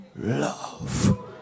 love